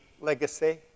legacy